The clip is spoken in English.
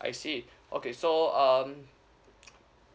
I see okay so um